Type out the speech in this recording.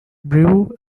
brew